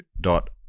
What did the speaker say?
dot